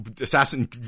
Assassin